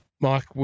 Mike